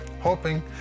hoping